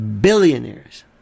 billionaires